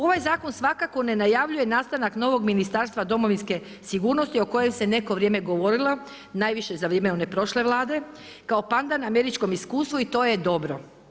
Ovaj zakon svakako ne najavljuje nastanak novog ministarstva domovinske sigurnosti o kojem se neko vrijeme govorilo najviše za vrijeme one prošle Vlade kao pandan američkom iskustvu i to je dobro.